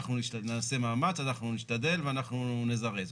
אנחנו נעשה מאמץ, אנחנו נשתדל ואנחנו נזרז.